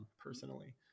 personally